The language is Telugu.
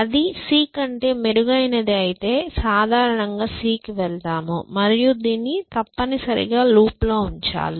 అది c కంటే మెరుగైనది అయితే సాధారణం గా c కి వెళతాము మరియు దీన్ని తప్పనిసరిగా లూప్లో ఉంచాలి